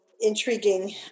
intriguing